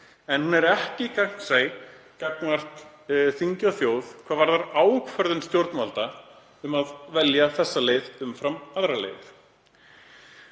En hún er ekki gagnsæ gagnvart þingi og þjóð hvað varðar ákvörðun stjórnvalda um að velja þessa leið umfram aðra.